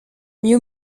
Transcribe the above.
miu